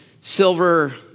silver